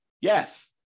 Yes